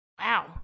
Wow